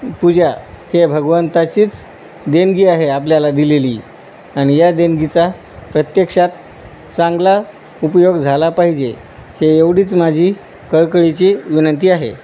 पूजा हे भगवंताचीच देणगी आहे आपल्याला दिलेली आणि या देणगीचा प्रत्यक्षात चांगला उपयोग झाला पाहिजे हे एवढीच माझी कळकळीची विनंती आहे